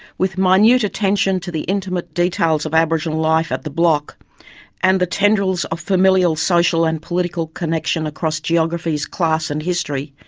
with minute attention to the intimate details of aboriginal life at the block and the tendrils of familial, social and political connection across geographies, class and history,